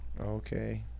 Okay